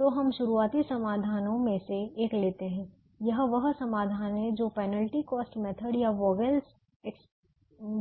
तो हम शुरुआती समाधानों में से एक लेते हैं यह वह समाधान है जो पेनल्टी कॉस्ट मेथड या